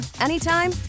anytime